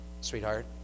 Sweetheart